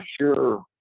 sure